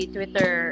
Twitter